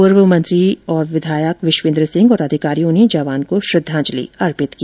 पूर्व मंत्री और विधायक विश्वेन्द्र सिंह और अधिकारियों ने जवान को श्रद्वांजलि अर्पित की